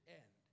end